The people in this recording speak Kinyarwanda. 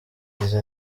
yagize